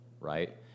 right